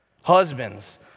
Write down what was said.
Husbands